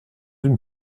une